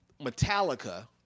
Metallica